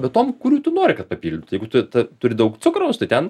bet tom kurių tu nori kad papildytų jeigu tu turi daug cukraus tai ten